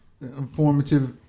informative